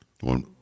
One